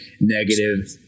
negative